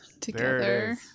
together